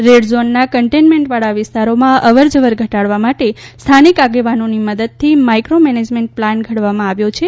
red ઝોનના કન્ટેન્ટમેન્ટવાળા વિસ્તારોમાં અવર જવર ઘટાડવા માટે સ્થાનિક આગેવાનોની મદદથી માઇક્રો મેનેજમેન્ટ પ્લાન ઘડવામાં આવ્યો છે